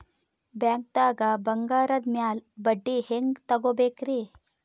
ಬ್ಯಾಂಕ್ದಾಗ ಬಂಗಾರದ್ ಮ್ಯಾಲ್ ಬಡ್ಡಿ ಹೆಂಗ್ ತಗೋಬೇಕ್ರಿ?